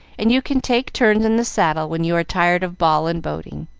and you can take turns in the saddle when you are tired of ball and boating.